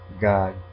God